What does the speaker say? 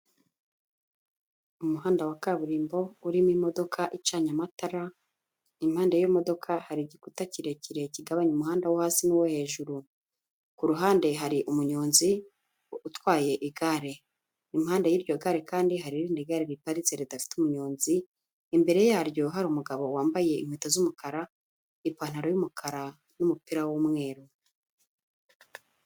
Umuhanda wa kaburimbo urimo imodoka icanye amatara, impande y'iyo modoka hari igikuta kirekire kigabanya umuhanda wo hasi n'uwo hejuru. Ku ruhande hari umunyonzi utwaye igare. Impande y'iryo gare kandi hari irindi gare riparitse ridafite umuyonzi, imbere yaryo hari umugabo wambaye inkweto z'umukara, ipantaro y'umukara n'umupira w'umweru.